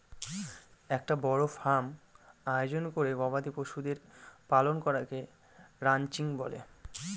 একটা বড় ফার্ম আয়োজন করে গবাদি পশুদের পালন করাকে রানচিং বলে